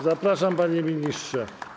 Zapraszam, panie ministrze.